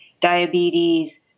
diabetes